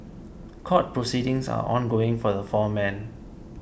court proceedings are ongoing for the four men